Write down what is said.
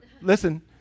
Listen